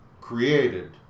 created